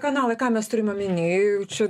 kanalai ką mes turim omeny jau čia